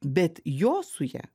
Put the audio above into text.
bet jo su ja